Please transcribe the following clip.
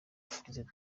twigeze